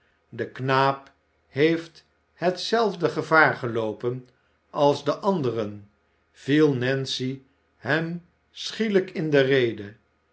de knaap heeft hetzelfde gevaar geloopen als olivier twist de anderen viel nancy hem schielijk in de rede